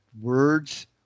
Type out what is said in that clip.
words